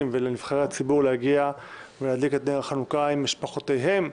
ולנבחרי הציבור להגיע ולהדליק את נר החנוכה עם משפחותיהם,